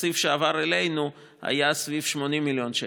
התקציב שעבר אלינו היה סביב 80 מיליון שקל,